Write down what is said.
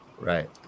Right